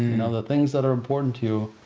you know the things that are important to you,